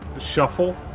shuffle